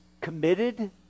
committed